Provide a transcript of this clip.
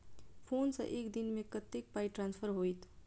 Phone सँ एक दिनमे कतेक पाई ट्रान्सफर होइत?